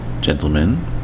gentlemen